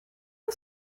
nhw